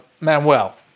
Manuel